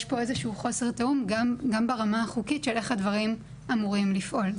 יש פה איזשהו חוסר תיאום גם ברמה החוקית של איך הדברים אמורים לפעול.